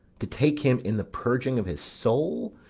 to take him in the purging of his soul,